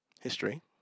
history